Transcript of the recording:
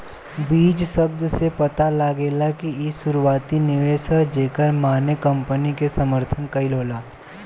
बीज शब्द से पता लागेला कि इ शुरुआती निवेश ह जेकर माने कंपनी के समर्थन कईल होला